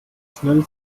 schnell